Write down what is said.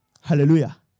Hallelujah